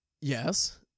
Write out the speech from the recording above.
yes